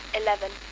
eleven